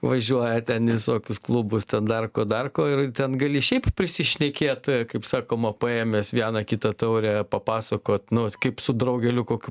važiuoja ten į visokius klubus ten dar ko dar ko ir ten gali šiaip prisišnekėt kaip sakoma paėmęs vieną kitą taurę papasakot nu kaip su draugeliu kokiu